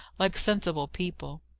like sensible people.